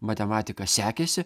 matematika sekėsi